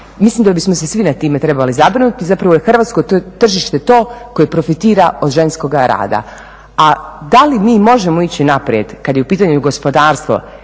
Mislim da bismo se svi nad time trebali zabrinuti, zapravo je hrvatsko tržište to koje profitira od ženskoga rada, a da li mi možemo ići naprijed kad je u pitanju gospodarstvo